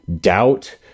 doubt